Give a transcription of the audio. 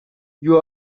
you